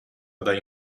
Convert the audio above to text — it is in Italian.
dai